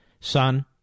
son